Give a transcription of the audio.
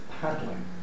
paddling